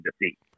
defeat